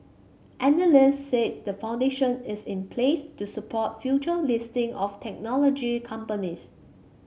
analysts said the foundation is in place to support future listing of technology companies